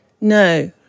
No